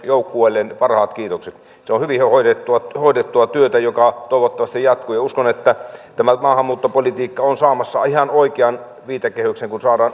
joukkueelleen parhaat kiitokset se on hyvin hoidettua hoidettua työtä joka toivottavasti jatkuu ja uskon että tämä maahanmuuttopolitiikka on saamassa ihan oikean viitekehyksen kun